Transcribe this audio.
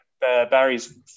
barry's